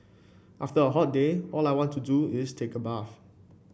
after a hot day all I want to do is take a bath